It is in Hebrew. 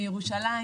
מירושלים,